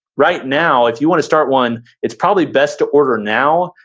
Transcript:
right now, if you wanna start one, it's probably best to order now.